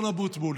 אדון אבוטבול.